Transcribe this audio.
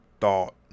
thought